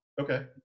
Okay